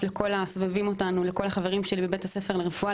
לכל הסובבים אותנו לכל החברים שלי בבית-הספר לרפואה.